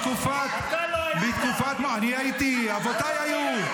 מתקופת --- אנחנו היינו פה,